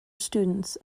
students